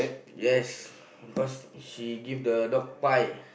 yes because she give the dog bite